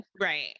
Right